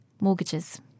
mortgages